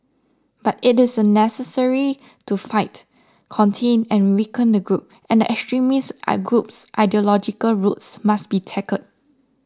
but it is a necessary to fight contain and weaken the group and the extremist I group's ideological roots must be tackled